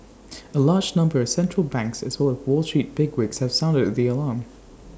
A large number of central banks as well as wall street bigwigs have sounded the alarm